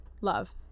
Love